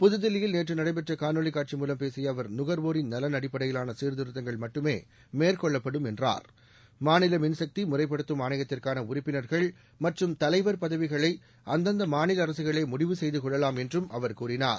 புதுதில்லியில் நேற்று நடைபெற்ற காணொளி காட்சி மூலம் பேசிய அவர் நுகர்வோரின் நலன் அடிப்படையிலான சீர்திருத்தங்கள் மட்டுமே மேற்கொள்ளப்படும் என்றார் மாநில மின்சக்தி முறைப்படுத்தும் ஆணையத்திற்கான உறுப்பினர்கள் மற்றும் தலைவர் பதவிகளை அந்தந்த மாநில அரசுகளே முடிவு செய்து கொள்ளலாம் என்று அவர் கூறினார்